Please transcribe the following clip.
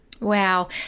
Wow